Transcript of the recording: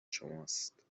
شماست